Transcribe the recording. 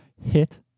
Hit